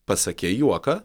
pasakei juoką